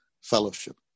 fellowship